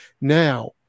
now